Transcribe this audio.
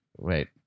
wait